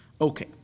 Okay